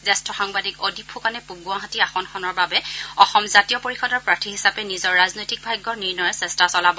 জ্যেষ্ঠ সাংবাদিক অদীপ ফুকনে পূৱ গুৱাহাটী আসনখনৰ বাবে অসম জাতীয় পৰিষদৰ প্ৰাৰ্থী হিচাপে নিজৰ ৰাজনৈতিক ভাগ্য নিৰ্ণয়ৰ চেষ্টা চলাব